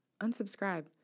unsubscribe